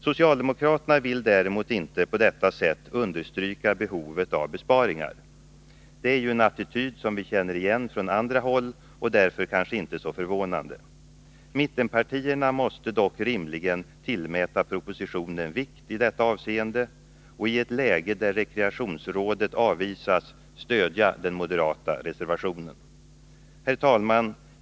Socialdemokraterna vill däremot inte på detta sätt understryka behovet av besparingar. Det är en attityd som vi känner igen från andra håll, och därför är den kanske inte så förvånande. Mittenpartierna måste dock rimligen tillmäta propositionen vikt i detta avseende och i ett läge där rekreationsrådet avvisas stödja den moderata reservationen. Herr talman!